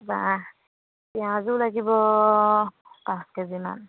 পিঁয়াজো লাগিব পাঁচ কেজিমান